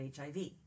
HIV